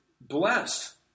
blessed